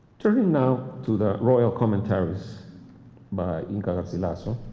turning now to the royal commentaries by inca garcilaso,